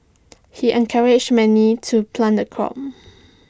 he encouraged many to plant the crop